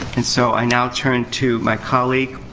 and so, i now turn to my colleague.